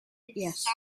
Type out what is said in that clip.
yes